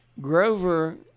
Grover